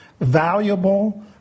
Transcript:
valuable